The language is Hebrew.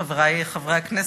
חברי חברי הכנסת,